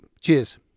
cheers